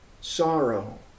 sorrow